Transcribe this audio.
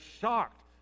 shocked